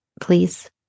please